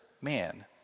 man